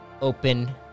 open